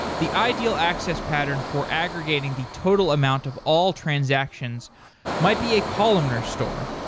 the ideal access pattern for aggregating the total amount of all transactions might be a columnar store.